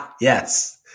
Yes